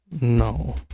no